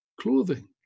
clothing